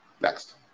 next